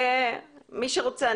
מי שרוצה,